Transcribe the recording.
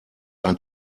ein